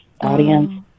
audience